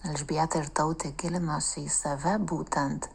elžbieta ir tautė gilinosi į save būtent